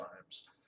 times